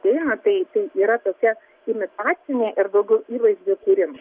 ateina tai tai yra tokia imitacinė ir daugiau įvaizdžio kūrimas